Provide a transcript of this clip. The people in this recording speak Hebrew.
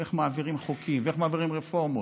איך מעבירים חוקים ואיך מעבירים רפורמות.